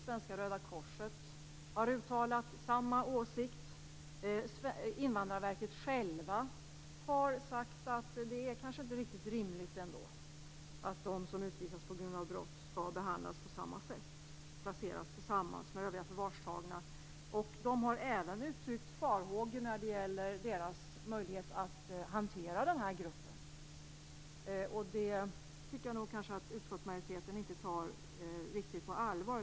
Svenska Röda korset har uttalat samma åsikt. Invandrarverket själva har sagt att det kanske ändå inte är riktigt rimligt att de som utvisas på grund av brott skall behandlas på samma sätt som, och placeras tillsammans med, övriga förvarstagna. De har även uttryckt farhågor när det gäller deras möjlighet att hantera den här gruppen. Det tycker jag nog inte att utskottsmajoriteten riktigt tar på allvar.